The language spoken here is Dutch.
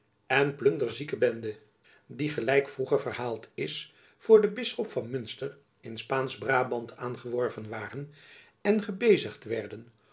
en plunderzieke benden die gelijk vroeger verhaald is voor den bisschop van munster in spaansch brabant aangeworven waren en gebezigd werden